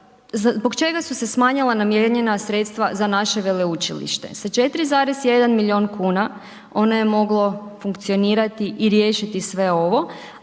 zbog čega su se smanjila namijenjena sredstva za naše veleučilište sa 4,1 milion kuna ono je moglo funkcionirati i riješiti sve ovo,